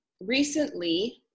recently